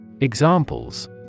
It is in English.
Examples